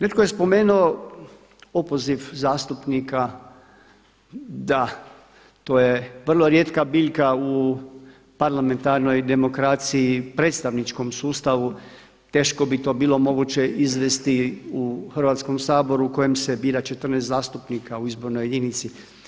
Netko je spomenuo opoziv zastupnika, da, to je vrlo rijetka biljka u parlamentarnoj demokraciji, predstavničkom sustavu, teško bi to bilo moguće izvesti u Hrvatskom saboru u kojem se bira 14 zastupnika u izbornoj jedinici.